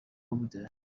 بوده